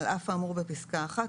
על אף האמור בפסקה (1),